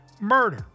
murder